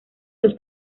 los